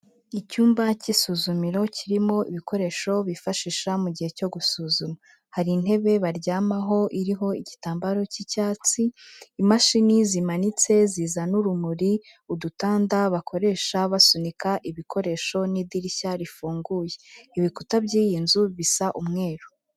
Icyumba cy'isuzumiro kirimo ibikoresho bifashisha mu gihe cyo gusuzuma, hari intebe baryamaho iriho igitambaro cy'icyatsi, imashini zimanitse zizana urumuri, udutanda bakoresha basunika ibikoresho n'idirishya rifunguye, ibikuta by'iyi nzu bisa umweru.